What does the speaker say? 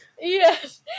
Yes